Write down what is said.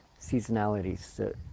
seasonalities